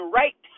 right